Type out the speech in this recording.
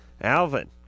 Alvin